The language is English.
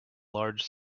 large